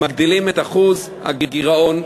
מגדילים את אחוז הגירעון,